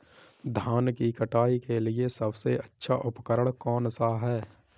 धान की कटाई के लिए सबसे अच्छा उपकरण कौन सा है?